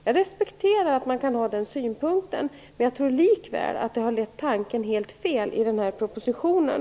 Jag respekterar att man kan ha den synpunkten, men jag tror likväl att detta har lett tanken helt fel i den här propositionen.